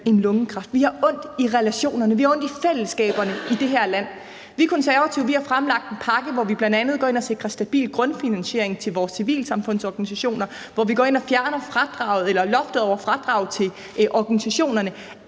end lungekræft. Vi har ondt i relationerne. Vi har ondt i fællesskaberne i det her land. Vi Konservative har fremlagt en pakke, hvor vi bl.a. går ind og sikrer stabil grundfinansiering til vores civilsamfundsorganisationer og går ind og fjerner fradraget eller loftet over fradrag til organisationerne.